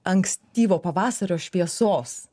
ankstyvo pavasario šviesos